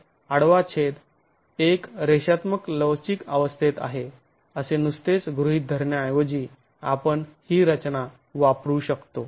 तर आडवा छेद एक रेषात्मक लवचिक अवस्थेत आहे असे नुसतेच गृहीत धरण्या एवजी आपण ही रचना वापरू शकतो